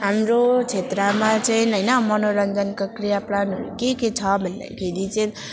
हाम्रो क्षेत्रमा चाहिँ होइन मनोरञ्जनको क्रिया प्लानहरू के के छ भन्दाखेरि चाहिँ